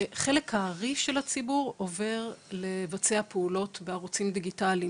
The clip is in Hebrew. שהחלק הארי של הציבור עובר לבצע פעולות בערוצים דיגיטליים.